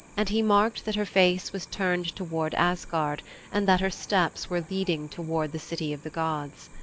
and he marked that her face was turned toward asgard and that her steps were leading toward the city of the gods.